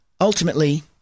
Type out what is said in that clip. ultimately